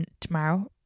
tomorrow